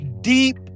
deep